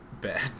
bad